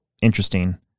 interesting